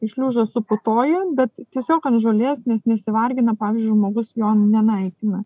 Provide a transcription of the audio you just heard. šliužas suputoja bet tiesiog ant žolės net nesivargina žmogus jo nenaikina